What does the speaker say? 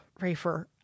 Rafer